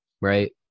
Right